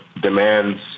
demands